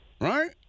Right